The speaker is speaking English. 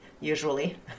usually